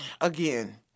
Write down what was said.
again